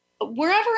Wherever